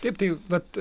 taip tai vat